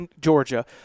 Georgia